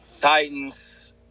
Titans